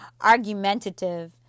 argumentative